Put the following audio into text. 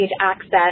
access